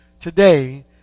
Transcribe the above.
today